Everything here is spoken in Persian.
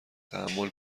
تحمل